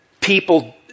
people